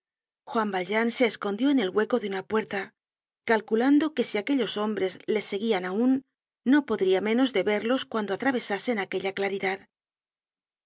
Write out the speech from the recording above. juan valjean se escondió en el hueco de una puerta calculando que si aquellos hombres le seguían aun no podría menos de verlos cuando atravesasen aquella claridad